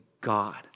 God